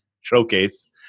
showcase